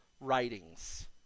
writings